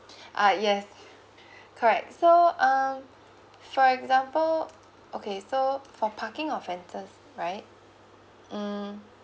uh yes correct so um for example okay so for parking offences right mm